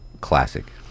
Classic